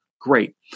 Great